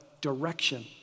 direction